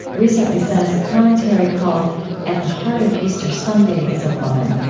recently sent us a commentary called at the heart of easter sunday is a woman.